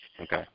Okay